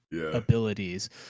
abilities